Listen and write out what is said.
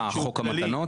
מה, חוק המתנות?